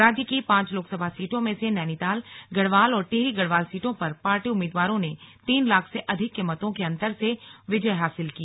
राज्य की पांच लोकसभा सीटों में से नैनीताल गढ़वाल और टिहरी गढ़वाल सीटों पर पार्टी उम्मीदवारों ने तीन लाख से अधिक के मतों के अंतर से विजय हासिल की